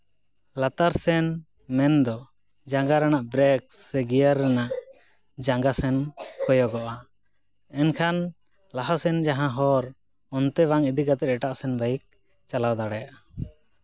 ᱞᱟᱛᱟᱨ ᱥᱮᱱ ᱢᱮᱱᱫᱚ ᱦᱟᱝᱜᱟ ᱨᱮᱱᱟᱜ ᱵᱮᱨᱮᱠ ᱥᱮ ᱜᱤᱭᱟᱨ ᱨᱮᱱᱟᱜ ᱡᱟᱝᱜᱟ ᱥᱮᱱ ᱠᱚᱭᱚᱜᱚᱜᱼᱟ ᱮᱱᱠᱷᱟᱱ ᱞᱟᱦᱟᱥᱮᱱ ᱡᱟᱦᱟᱸ ᱦᱚᱨ ᱚᱱᱛᱮ ᱵᱟᱝ ᱤᱫᱤ ᱠᱟᱛᱮ ᱮᱴᱟᱜ ᱥᱮᱱ ᱵᱟᱭᱤᱠ ᱪᱟᱞᱟᱣ ᱫᱟᱲᱮᱭᱟᱜᱼᱟ